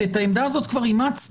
כי את העמדה הזאת כבר אימצנו,